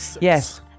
yes